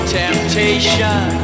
temptation